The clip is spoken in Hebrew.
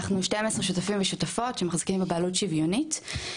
אנחנו 12 שותפים ושותפות שמחזיקים בבעלות שוויונית,